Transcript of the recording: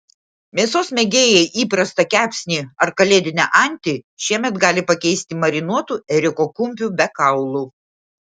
mėsos mėgėjai įprastą kepsnį ar kalėdinę antį šiemet gali pakeisti marinuotu ėriuko kumpiu be kaulų